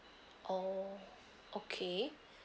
orh okay